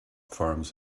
farms